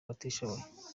abatishoboye